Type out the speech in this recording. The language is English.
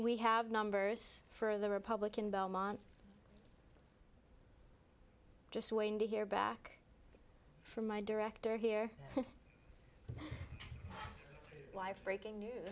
we have numbers for the republican belmont just waiting to hear back from my director here live breaking news